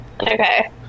Okay